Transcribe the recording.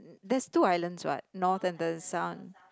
there's two islands what North and the South